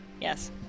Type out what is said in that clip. Yes